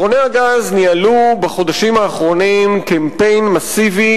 ברוני הגז ניהלו בחודשים האחרונים קמפיין מסיבי